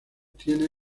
tiene